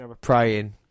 Praying